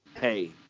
hey